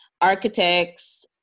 architects